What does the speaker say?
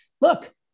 look